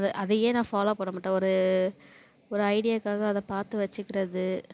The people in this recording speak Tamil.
அதை அதையே நான் ஃபாலோவ் பண்ண மாட்டேன் ஒரு ஒரு ஐடியாவுக்காக அதை பார்த்து வச்சுக்கிறது